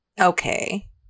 Okay